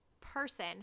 person